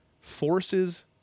forces